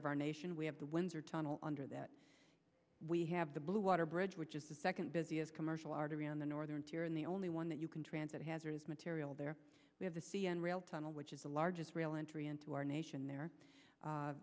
of our nation we have the windsor tunnel under that we have the blue water bridge which is the second busiest commercial artery on the northern tier and the only one that you can transit hazardous material there we have the c n rail tunnel which is a large israel entry into our nation there